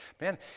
Man